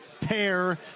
pair